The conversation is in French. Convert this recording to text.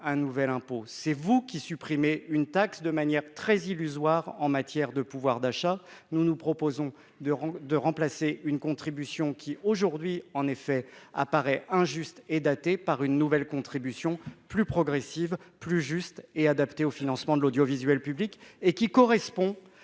un nouvel impôt. C'est vous qui supprimez une taxe pour augmenter de manière très illusoire le pouvoir d'achat. Nous proposons de remplacer une contribution qui apparaît effectivement aujourd'hui injuste et datée par une nouvelle contribution plus progressive, plus juste et mieux adaptée au financement de l'audiovisuel public, et qui correspond